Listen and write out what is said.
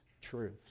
truth